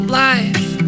life